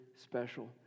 special